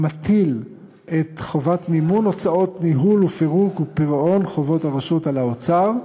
המטיל את חובת מימון הוצאות ניהול ופירוק ופירעון חובות הרשות על האוצר,